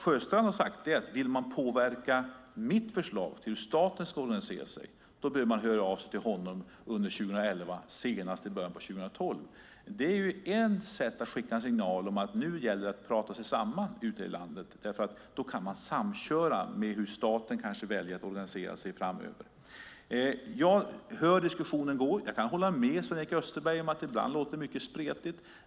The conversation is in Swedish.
Sjöstrand har sagt att om man vill påverka hans förslag, hur staten ska organisera sig, ska man höra sig av till honom under 2011, senast i början av 2012. Det är ett sätt att skicka en signal om att det nu gäller att prata sig samman ute i landet. Då kan man samköra med hur staten väljer att organisera sig framöver. Jag hör hur diskussionen går. Jag kan hålla med Sven-Erik Österberg om att det ibland låter spretigt.